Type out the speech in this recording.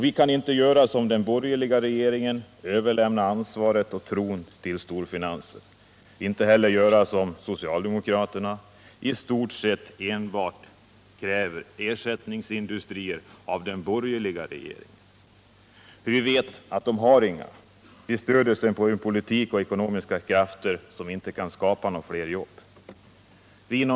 Vi kan inte göra som den borgerliga regeringen: överlämna ansvaret och tro på storfinansen. Inte heller kan vi göra som socialdemokraterna: i stort sett enbart kräva ersättningsindustrier av den borgerliga regeringen. Vi vet att regeringen inte har några utan stöder sig på en politik och på ekonomiska krafter som inte kan skapa fler jobb.